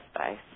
space